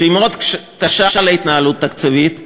שהיא מאוד קשה להתנהלות תקציבית,